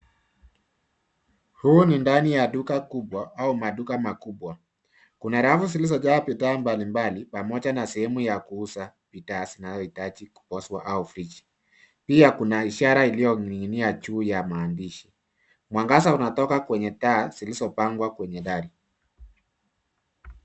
Huu ni ndani ya duka kubwa au maduka makubwa. Kuna rafu zilizojaa bidhaa mbalimbali pamoja na sehemu ya kuuza bidhaa inayohitaji kuozwa au fridgi. Pia kuna ishara iliyoning'inia juu ya maandishi. Mwangaza unatoka kwenye taa zilizopangwa kwenye dari.